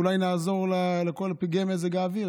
אולי נעזור לכל פגעי מזג האוויר.